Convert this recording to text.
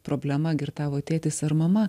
problema girtavo tėtis ar mama